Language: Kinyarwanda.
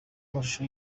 amashusho